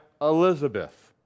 Elizabeth